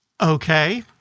Okay